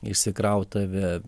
išsikraut tave